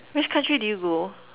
which country did you go